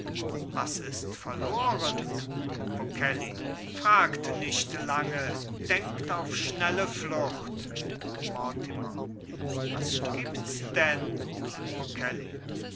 was ist verloren okelly fragt nicht lange denkt auf schnelle flucht mortimer was gibt's denn